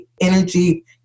energy